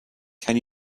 can